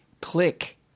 click